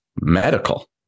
medical